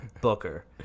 booker